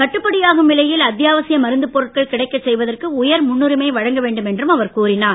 கட்டுப்படியாகும் விலையில் அத்தியாவசிய மருந்துப் பொருட்கள் கிடைக்கச் செய்வதற்கு உயர் முன்னுரிமை வழங்கவேண்டும் என்று அவர் கூறினார்